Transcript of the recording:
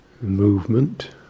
movement